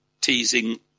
teasing